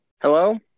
Hello